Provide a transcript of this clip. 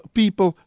people